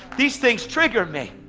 these things trigger me.